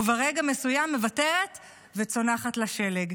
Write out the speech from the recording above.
וברגע מסוים מוותרת וצונחת לשלג.